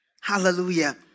Hallelujah